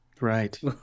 Right